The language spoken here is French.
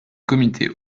comités